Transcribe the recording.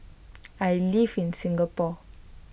I live in Singapore